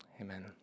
Amen